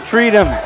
Freedom